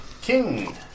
King